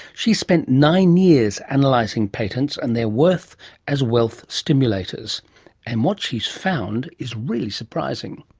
she's spent nine years analysing patents and their worth as wealth stimulators and what she's found is really surprising.